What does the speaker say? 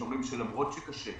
שאומרים שלמרות שקשה,